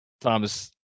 Thomas